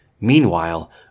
Meanwhile